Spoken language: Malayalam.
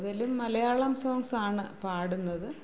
കൂടുതലും മലയാളം സോങ്സാണ് പാടുന്നത്